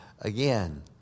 again